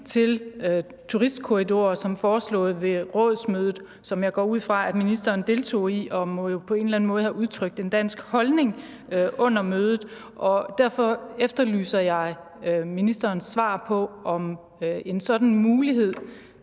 til turistkorridorer som foreslået ved rådsmødet, som jeg går ud fra at ministeren deltog i, og hvor han jo på en eller anden måde må have udtrykt en dansk holdning. Derfor efterlyser jeg ministerens svar på, om en sådan mulighed